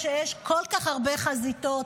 כשיש כל כך הרבה חזיתות,